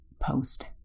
post